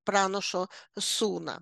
pranašo suna